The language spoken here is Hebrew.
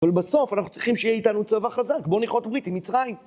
אבל בסוף אנחנו צריכים שיהיה איתנו צבא חזק, בואו נכרות ברית עם מצרים.